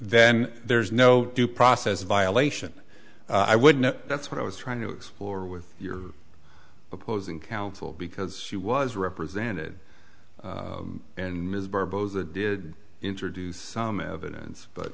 then there's no due process violation i would know that's what i was trying to explore with your opposing counsel because she was represented in ms barboza did introduce some evidence but